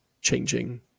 changing